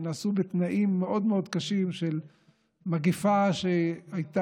שנעשו בתנאים מאוד מאוד קשים של מגפה שהייתה